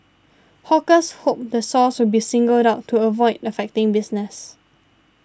Hawkers hoped the source will be singled out to avoid affecting business